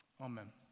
Amen